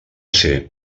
ser